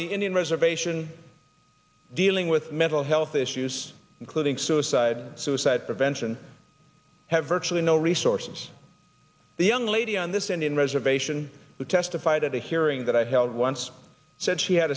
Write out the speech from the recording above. the indian reservation dealing with mental health issues including suicide suicide prevention have virtually no resources the young lady on this indian reservation who testified at a hearing that i held once said she had